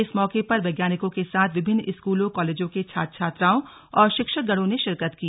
इस मौके पर वैज्ञानिकों के साथ विभिन्न स्कूलों कॉलेजों के छात्र छात्राओं और शिक्षकगणों ने शिरकत की